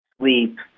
sleep